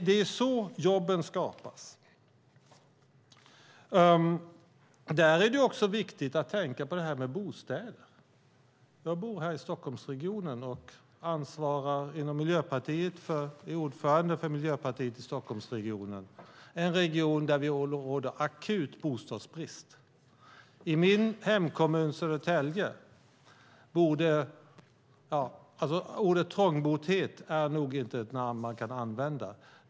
Det är så jobben skapas. Det är också viktigt att tänka på bostäder. Jag bor i Stockholmsregionen, och jag är ordförande i Miljöpartiet i Stockholmsregionen. Det är en region där det råder akut bostadsbrist. I min hemkommun Södertälje är ordet trångboddhet inte ett namn som kan användas.